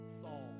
Saul